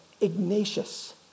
Ignatius